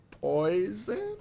Poison